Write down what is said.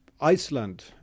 Iceland